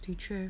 的确